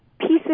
pieces